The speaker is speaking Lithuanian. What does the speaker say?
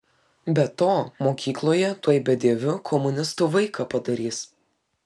be to mokykloje tuoj bedieviu komunistu vaiką padarys